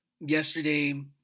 yesterday